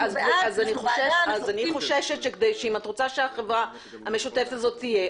אם את רוצה שהחברה המשותפת הזו תהיה,